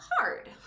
hard